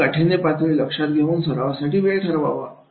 खेळाची काठिण्यपातळी लक्षात घेऊन सरावासाठी वेळ ठरवावा